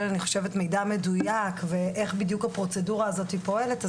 מידע מדויק ואיך בדיוק הפרוצדורה הזאת פועלת,